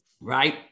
right